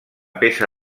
peça